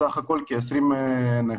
סך הכול כ-20 אנשים.